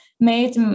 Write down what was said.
made